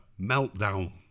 meltdown